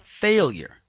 failure